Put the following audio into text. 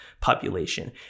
population